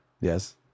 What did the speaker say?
Yes